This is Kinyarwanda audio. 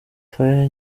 fire